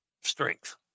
strength